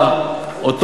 לצערי,